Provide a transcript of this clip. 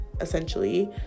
essentially